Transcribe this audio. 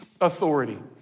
authority